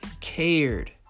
cared